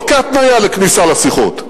לא כהתניה לכניסה לשיחות,